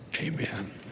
amen